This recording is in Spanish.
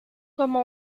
como